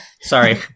Sorry